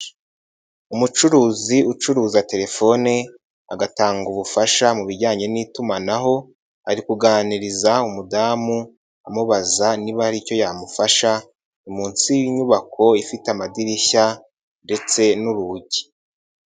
Umucuruzi ucuruza telefone agatanga ubufasha mu bijyanye n'itumanaho, ari kuganiriza umudamu amubaza niba hari icyo yamufasha, ni munsi y'inyubako ifite amadirishya ndetse n'urugi.